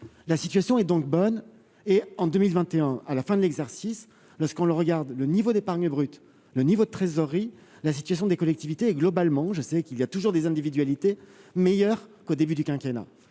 la situation est donc bonne, et en 2021, à la fin de l'exercice, lorsqu'on le regarde, le niveau d'épargne brute, le niveau de trésorerie, la situation des collectivités, globalement, je sais qu'il y a toujours des individualités meilleur qu'au début du quinquennat